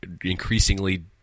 increasingly